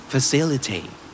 Facilitate